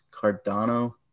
Cardano